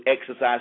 exercise